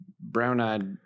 brown-eyed –